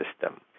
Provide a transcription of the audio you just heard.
system